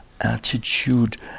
attitude